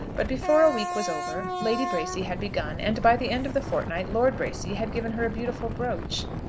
but before a week was over lady bracy had begun, and by the end of the fortnight lord bracy had given her a beautiful brooch.